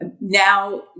now